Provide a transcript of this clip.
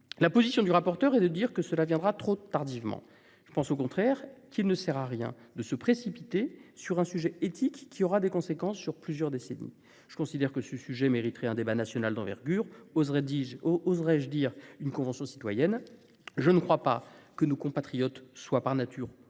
M. le rapporteur estime que cela interviendra trop tardivement. Je pense au contraire qu'il ne sert à rien de se précipiter sur un sujet éthique qui aura des conséquences sur plusieurs décennies. Je considère que ce sujet mériterait un débat national d'envergure, oserais-je dire une convention citoyenne ? Je ne crois pas que nos compatriotes soient par nature